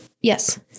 Yes